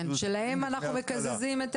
שלהם אנחנו מקזזים את